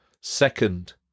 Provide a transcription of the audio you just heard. Second